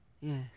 Yes